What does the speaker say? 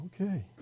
okay